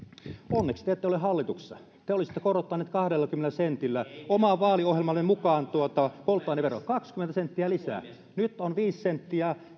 onneksi te ette ole hallituksessa te olisitte korottaneet kahdellakymmenellä sentillä oman vaaliohjelmanne mukaan tuota polttoaineverotusta kaksikymmentä senttiä lisää kun nyt on viisi senttiä